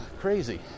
crazy